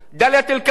דאלית-אל-כרמל,